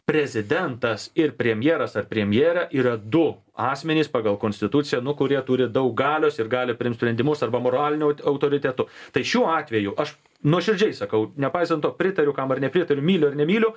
prezidentas ir premjeras ar premjerė yra du asmenys pagal konstituciją nu kurie turi daug galios ir gali priimt sprendimus arba moralinių autoritetų tai šiuo atveju aš nuoširdžiai sakau nepaisant to pritariu kam ar nepritariu myliu nemyliu